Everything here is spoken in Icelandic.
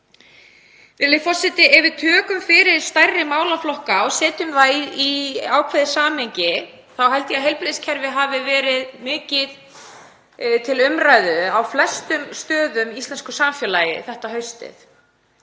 ríkisstjórnar. Ef við tökum fyrir stærri málaflokka og setjum það í ákveðið samhengi þá held ég að heilbrigðiskerfið hafi verið mikið til umræðu á flestum stöðum í íslensku samfélagi þetta haustið.